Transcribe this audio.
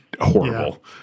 horrible